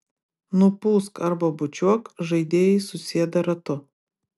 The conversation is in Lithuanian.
nupūsk arba bučiuok žaidėjai susėda ratu